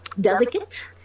delicate